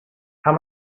how